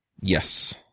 Yes